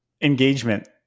engagement